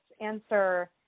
answer